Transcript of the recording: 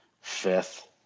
Fifth